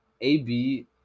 AB